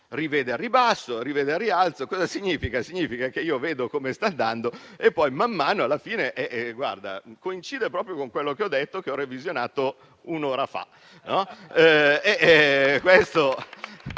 al ribasso o al rialzo. Che cosa significa? Significa che io vedo come sta andando e poi man mano, alla fine, coincide proprio con quello che ho detto, che ho revisionato un'ora fa.